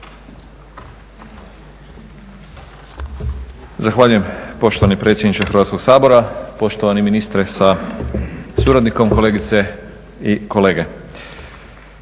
Zahvaljujem poštovani predsjedniče Hrvatskog sabora. Poštovani ministre sa suradnikom, kolegice i kolege.